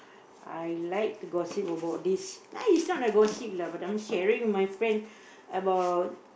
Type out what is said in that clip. I like to gossip about this ah is not a gossip lah but I'm sharing with my friend about